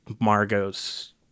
Margot's